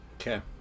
Okay